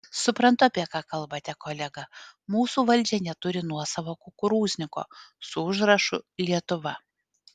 suprantu apie ką kalbate kolega mūsų valdžia neturi nuosavo kukurūzniko su užrašu lietuva